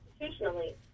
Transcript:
constitutionally